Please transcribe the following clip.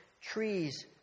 trees